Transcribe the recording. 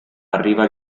arriva